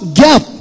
gap